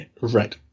Right